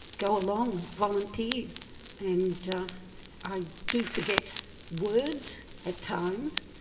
go along, volunteer and i do forget words at times,